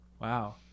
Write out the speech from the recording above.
Wow